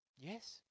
yes